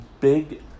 big